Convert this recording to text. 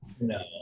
No